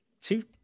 Two